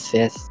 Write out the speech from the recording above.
yes